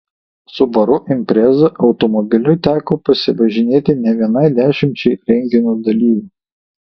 subaru impreza automobiliu teko pasivažinėti ne vienai dešimčiai renginio dalyvių